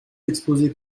exposées